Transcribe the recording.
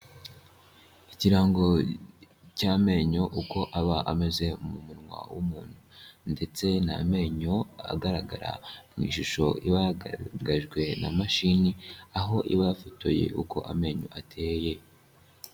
Ikirango cy'amenyo uko aba ameze mu munwa w'umuntu ndetse ni amenyo agaragara mu ishusho iba yagaragajwe na mashini, aho iba yafotoye uko amenyo ateye.